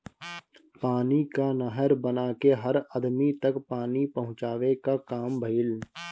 पानी कअ नहर बना के हर अदमी तक पानी पहुंचावे कअ काम भइल